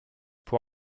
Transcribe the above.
pour